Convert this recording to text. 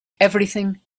everything